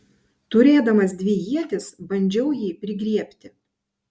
turėdamas dvi ietis bandžiau jį prigriebti